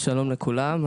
שלום לכולם,